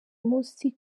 munsi